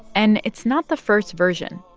and it's not the first version.